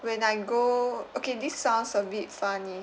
when I go okay this sounds a bit funny